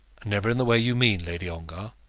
never in the way you mean, lady ongar.